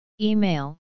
Email